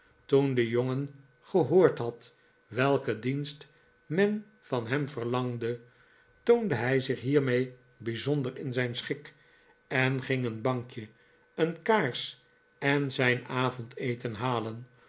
toen de jongen gehoord had welken dienst men van hem verlangde toonde hij zich hiermee bijzonder in zijn schik en ging een bankje een kaars en zijn avondeten halen